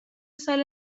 سال